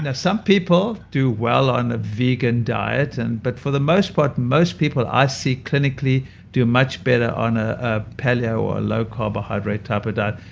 and some people do well on a vegan diet. and but for the most part, most people i see clinically do much better on ah a paleo or low carbohydrate type of diet,